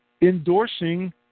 endorsing